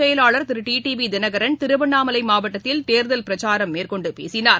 செயலாளர் திருட்டவிதினகரன் திருவண்ணாமலைமாவட்டத்தில் தேர்தல் பிரச்சாரம் மேற்னெண்டுபேசினார்